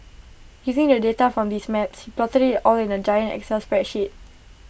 using the data from these maps he plotted IT all in A giant excel spreadsheet